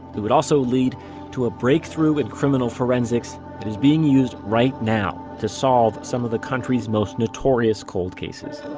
it would also lead to a breakthrough in criminal forensics that is being used right now to solve some of the country's most notorious cold cases